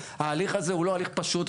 ההליך הזה הוא לא הליך פשוט.